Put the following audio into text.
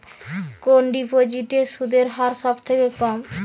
কোন ডিপোজিটে সুদের হার সবথেকে কম?